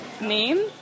name